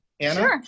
Anna